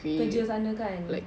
kerja sana kan